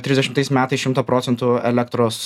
trisdešimtais metais šimtą procentų elektros